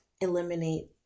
eliminate